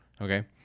Okay